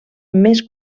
més